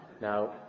Now